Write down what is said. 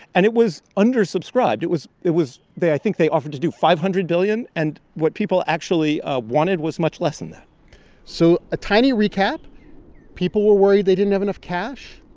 and it was under subscribed. it was it was they i think they offered to do five hundred billion. and what people actually ah wanted was much less than that so a tiny recap people were worried they didn't have enough cash.